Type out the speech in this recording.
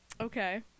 Okay